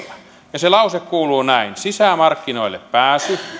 ja se lause kuuluu näin sisämarkkinoille pääsy